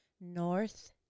north